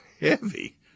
heavy